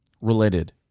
related